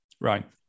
Right